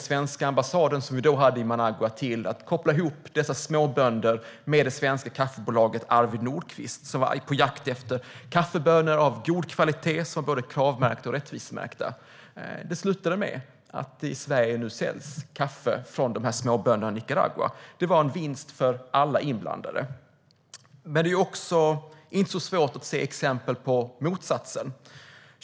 Svenska ambassaden, som vi då hade i Managua, såg sedan till att koppla ihop dessa småbönder med det svenska kaffebolaget Arvid Nordquist, som var på jakt efter kaffebönor av god kvalitet som var både krav och rättvisemärkta. Det slutade med att det i Sverige nu säljs kaffe från de här små-bönderna i Nicaragua. Det var en vinst för alla inblandade. Men det är inte så svårt att se exempel på motsatsen.